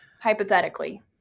hypothetically